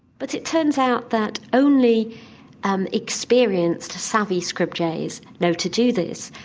but it turns out that only and experienced savvy scrub jays know to do this.